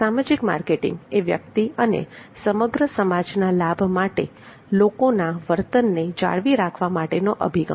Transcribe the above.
સામાજિક માર્કેટિંગ એ વ્યક્તિ અને સમગ્ર સમાજના લાભ માટે લોકોના વર્તનને જાળવી રાખવા માટેનો અભિગમ છે